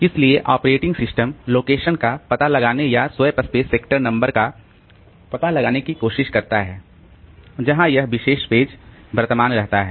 इसलिए operating system location का पता लगाने या स्वैप स्पेस सेक्टर नंबर का पता लगाने की कोशिश करता है जहां यह विशेष पेज वर्तमान रहता है